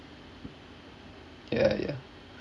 ya ya